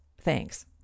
thanks